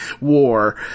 war